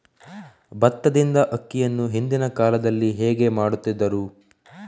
ಭತ್ತದಿಂದ ಅಕ್ಕಿಯನ್ನು ಹಿಂದಿನ ಕಾಲದಲ್ಲಿ ಹೇಗೆ ಮಾಡುತಿದ್ದರು?